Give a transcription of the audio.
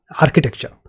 architecture